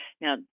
now